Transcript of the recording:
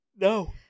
No